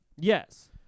Yes